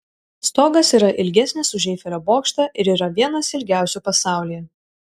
stogas yra ilgesnis už eifelio bokštą ir yra vienas ilgiausių pasaulyje